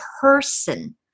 person